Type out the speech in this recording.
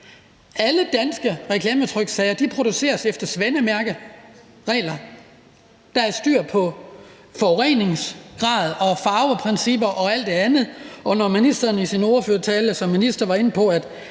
Alle danske reklametryksager produceres efter Svanemærket. Der er styr på forureningsgraden, farveprincipper og alt det andet, og når ministeren i sin tale var inde på,